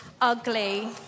ugly